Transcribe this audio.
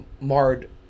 marred